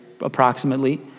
approximately